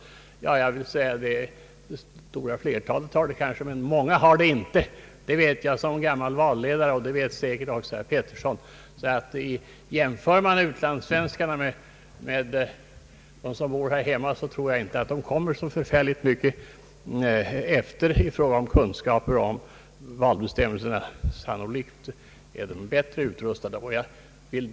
Det stora flertalet har det kanske klart för sig, men många har det inte. Det vet jag som gammal valledare, och det vet säkert också herr Georg Pettersson. Jämför man utlandssvenskarna med dem som bor här hemma, tror jag inte att utlandssvenskarna kommer så mycket efter i fråga om kunskaper om valbestämmelserna. Sannolikt är de ofta bättre utrustade med den kunskapen.